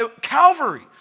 Calvary